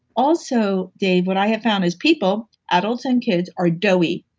also, dave, what i have found is people, adults and kids are doughy.